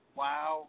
wow